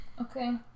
Okay